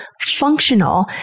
functional